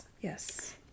yes